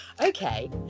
Okay